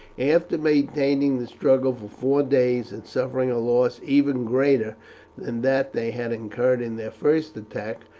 after maintaining the struggle for four days, and suffering a loss even greater than that they had incurred in their first attack,